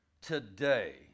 today